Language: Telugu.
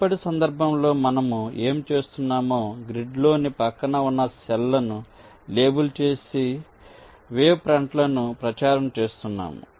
మునుపటి సందర్భంలో మనము ఏమి చేస్తున్నామో గ్రిడ్లోని ప్రక్కన ఉన్న సెల్ లను లేబుల్ చేసే వేవ్ ఫ్రంట్లను ప్రచారంpropagate చేస్తున్నాము